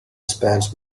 spans